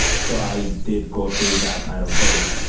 so i did go through that kind of phase.